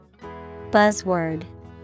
Buzzword